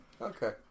Okay